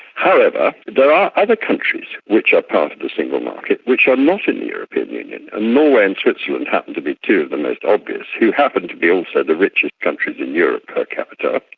however, there are other countries which are part of the single market which are not in the european union, and norway and switzerland happen to be two of the most obvious who happened to be also the richest countries in europe per capita,